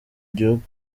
gihugu